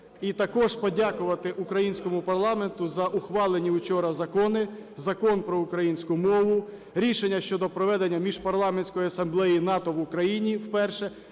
І також подякувати українському парламенту за ухвалені учора закони: Закон про українську мову, рішення щодо проведення Міжпарламентської асамблеї НАТО в Україні вперше,